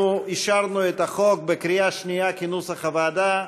אנחנו אישרנו את החוק בקריאה שנייה כנוסח הוועדה,